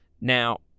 Now